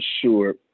sure